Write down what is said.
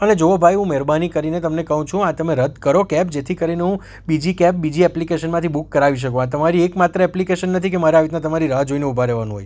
અને જૂઓ ભાઈ હું મહેરબાની કરીને તમને કહું છું આ તમે રદ કરો કેબ જેથી કરીને હું બીજી કેબ બીજી એપ્લિકેશનમાંથી બુક કરાવી શકું આ તમારી એકમાત્ર એપ્લિકેસન નથી કે મારે આવી રીતના તમારી રાહ જોઈને ઊભા રહેવાનું હોય